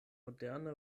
moderne